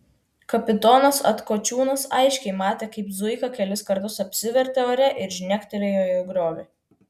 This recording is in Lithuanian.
kapitonas atkočiūnas aiškiai matė kaip zuika kelis kartus apsivertė ore ir žnektelėjo į griovį